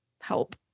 help